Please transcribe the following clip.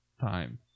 time